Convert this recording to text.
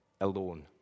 alone